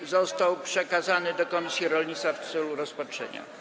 i został przekazany do komisji rolnictwa w celu rozpatrzenia.